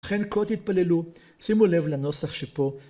אכן כה תתפללו, שימו לב לנוסח שפה.